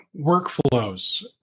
workflows